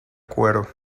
cuero